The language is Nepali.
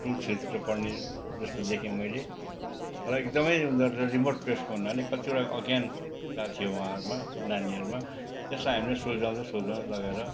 टू थ्रीतिर पढ्ने जस्तो देखेँ मैले तर एकदमै उनीहरू रिमोट प्लेस भन्नाले कतिवटा अज्ञानता थियो उहाँहरूमा नानीहरूमा त्यसलाई हामीले सोझ्याउँदै सोझ्याउँदै लगेर